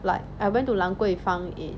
like I went to 兰桂坊 in